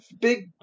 big